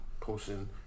posting